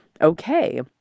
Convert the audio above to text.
Okay